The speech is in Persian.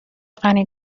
غنی